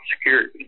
security